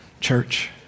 church